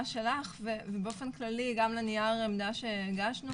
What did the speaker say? שלך ובאופן כללי גם לנייר עמדה שהגשנו